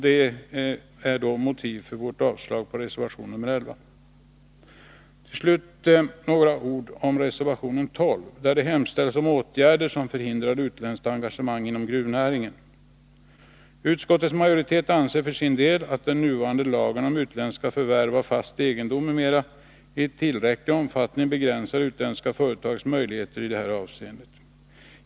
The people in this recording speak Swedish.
Detta är motivet för vårt yrkande om avslag på reservation 11. Till slut några ord om reservation 12 där det hemställs om åtgärder som förhindrar utländskt engagemang inom gruvnäringen. Utskottets majoritet anser för sin del att den nuvarande lagen om utländska förvärv av fast egendom m.m. i tillräcklig omfattning begränsar utländska företags möjligheter i detta avseende.